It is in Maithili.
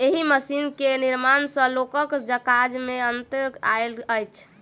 एहि मशीन के निर्माण सॅ लोकक काज मे अन्तर आयल अछि